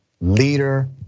leader